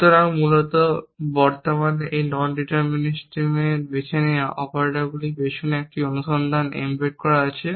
সুতরাং মূলত বর্তমানে এই ননডেটারমিসাম বেছে নেওয়া অপারেটরগুলির পিছনে একটি অনুসন্ধান এমবেড করা আছে